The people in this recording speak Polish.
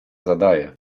zadaję